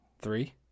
Three